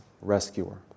rescuer